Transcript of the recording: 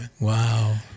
wow